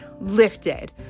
lifted